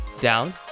down